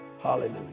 Hallelujah